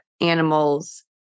animals